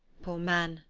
poor man,